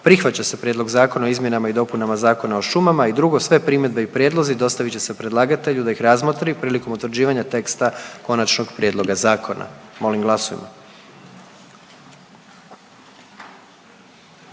Prihvaća se Prijedlog Zakona o zaštiti i očuvanju kulturnih dobara i 2. Sve primjedbe i prijedlozi dostavit će se predlagatelju da ih razmotri prilikom utvrđivanja teksta konačnog prijedloga zakona.“ Molim glasujmo.